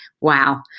wow